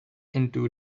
into